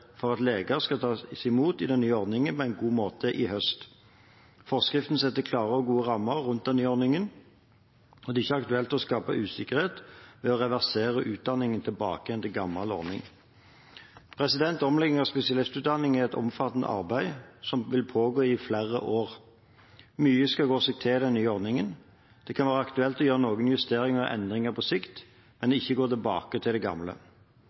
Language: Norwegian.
for at leger skal tas imot i den nye ordningen på en god måte i høst. Forskriften setter klare og gode rammer rundt den nye ordningen, og det er ikke aktuelt å skape usikkerhet ved å reversere utdanningen tilbake til gammel ordning. Omlegging av spesialistutdanning er et omfattende arbeid som vil pågå i flere år. Mye skal gå seg til i den nye ordningen. Det kan være aktuelt å gjøre noen justeringer og endringer på sikt, men ikke å gå tilbake til det gamle.